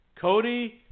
Cody